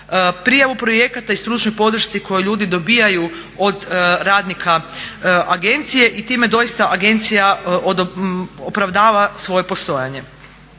prijavu projekata i stručnoj podršci koje ljudi dobijaju od radnika agencije i time doista agencija opravdava svoje postojanje.